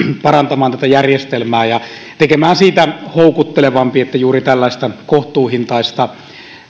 parantamaan tätä järjestelmää ja tekemään siitä houkuttelevampi että juuri tällaista kohtuuhintaista